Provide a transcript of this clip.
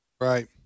Right